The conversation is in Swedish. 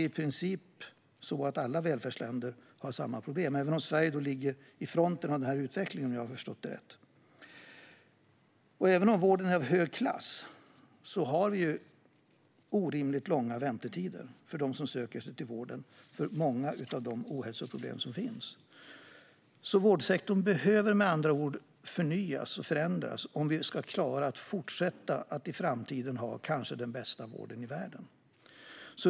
I princip alla välfärdsländer har samma problem, även om Sverige ligger i fronten av utvecklingen, om jag har förstått det rätt. Även om vården är av hög klass har vi orimligt långa väntetider för dem som söker sig till vården för många av de ohälsoproblem som finns. Vårdsektorn behöver med andra ord förnyas och förändras om vi ska klara av att även i framtiden ha den kanske bästa vården i världen.